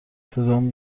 صدام